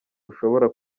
ushobora